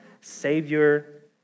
Savior